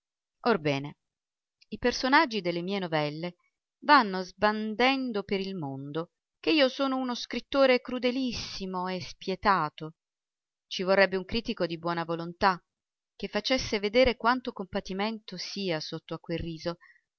orbene i personaggi delle mie novelle vanno sbandendo per il mondo che io sono uno scrittore crudelissimo e spietato ci vorrebbe un critico di buona volontà che facesse vedere quanto compatimento sia sotto a quel riso